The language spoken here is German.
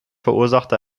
verursachte